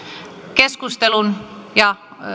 keskustelun ja